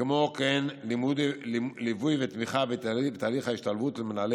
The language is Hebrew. וכן ליווי ותמיכה בתהליך ההשתלבות למנהלי